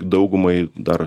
daugumai dar